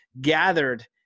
gathered